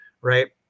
Right